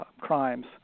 crimes